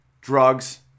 drugs